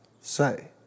say